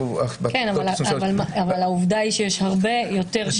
-- אבל העובדה היא שיש הרבה יותר שימוש.